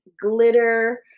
glitter